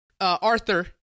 Arthur